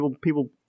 People